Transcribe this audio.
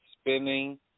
spinning